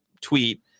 tweet